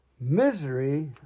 misery